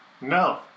No